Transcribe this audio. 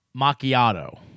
macchiato